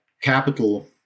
capital